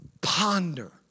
Ponder